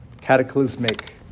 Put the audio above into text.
cataclysmic